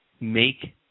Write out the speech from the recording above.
make